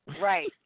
Right